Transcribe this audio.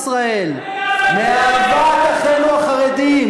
בעיני זה אחד מעמודי התווך של קיומנו בכל הדורות.